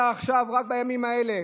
רק בימים אלה,